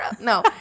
No